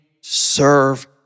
serve